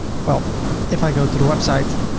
well if i go to the website,